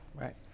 Right